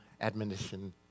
admonition